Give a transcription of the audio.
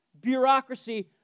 bureaucracy